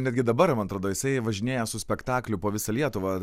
netgi dabar man atrodo jisai važinėja su spektakliu po visą lietuvą